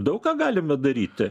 daug ką galime daryti